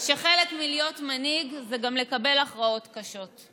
שחלק מלהיות מנהיג זה גם לקבל הכרעות קשות.